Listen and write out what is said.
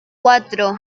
cuatro